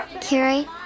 Carrie